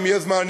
אם יהיה זמן,